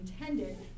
intended